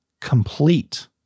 complete